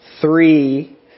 three